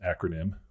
acronym